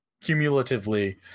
cumulatively